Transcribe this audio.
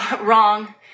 wrong